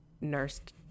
nursed